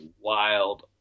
wild